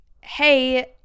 hey